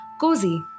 cozy